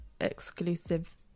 exclusive